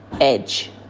edge